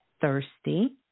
thirsty